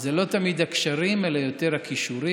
זה לא תמיד הקשרים אלא יותר הכישורים.